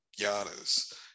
Giannis